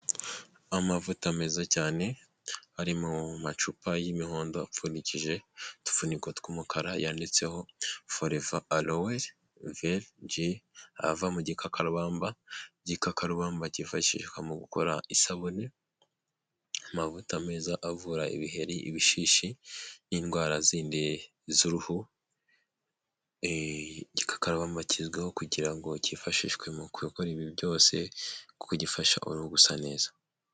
Amavuta meza cyane ari mu macupa y'imihondo apfundikije utupfuniko tw'umukara yanditseho foreva aloye jeri ava mu gikakarubamba, igikakarubamba cyifashishwa mu gukora isabune amavuta meza avura ibiheri ibishishi n'indwara zindi z'uruhu igikakarubamba kizwiho kugira ngo cyifashishwe mu gukora ibi byose kuko gifasha urugusa neza.